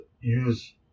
use